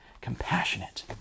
compassionate